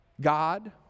God